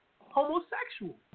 homosexual